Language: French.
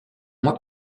mois